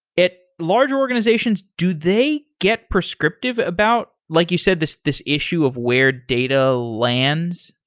at large organizations, do they get prescriptive about, like you said, this this issue of where data lands?